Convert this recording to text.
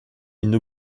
une